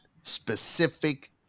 specific